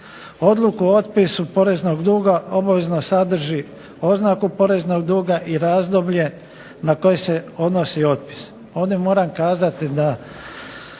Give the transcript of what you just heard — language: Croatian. Odluku o otpisu poreznog duga obavezno sadrži oznaku poreznog duga i razdoblje na koje se odnosi opis.